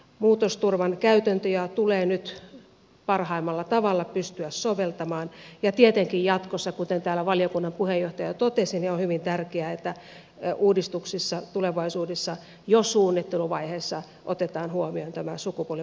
muutosturvan käytäntöjä tulee nyt parhaimmalla tavalla pystyä soveltamaan ja tietenkin jatkossa kuten täällä valiokunnan puheenjohtaja totesi on hyvin tärkeää että uudistuksessa tulevaisuudessa jo suunnitteluvaiheessa otetaan huomioon tämä sukupuolivaikutusten arviointi